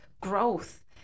growth